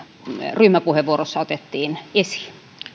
ryhmäpuheenvuorossa otettiin esiin